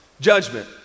judgment